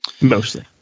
mostly